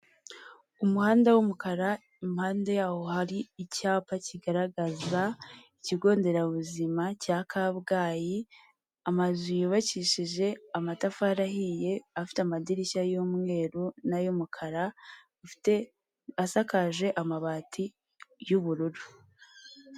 Umuhanda w'umukara impande yaho hari icyapa kigaragaza ikigo nderabuzima cya kabgayi amazu yubakishije amatafari ahiye afite amadirishya y'umweru nay'umukara asakaje amabati y'ubururu.